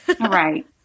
right